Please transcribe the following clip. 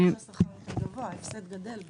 ככל שהשכר גבוה ההפסד גדל.